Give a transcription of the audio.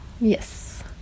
Yes